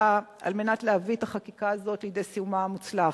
הפוכה על מנת להביא את החקיקה הזאת לידי סיומה המוצלח.